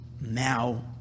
now